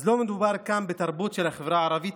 אז לא מדובר כאן בתרבות של החברה הערבית,